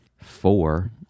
four